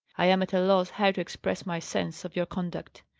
i am at a loss how to express my sense of your conduct.